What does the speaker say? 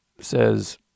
says